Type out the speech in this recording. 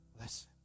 Listen